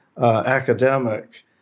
academic